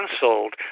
cancelled